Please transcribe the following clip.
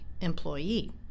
employee